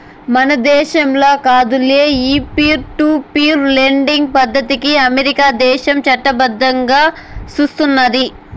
మన దేశంల కాదులే, ఈ పీర్ టు పీర్ లెండింగ్ పద్దతికి అమెరికా దేశం చట్టబద్దంగా సూస్తున్నాది